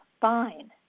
fine